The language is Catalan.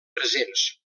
presents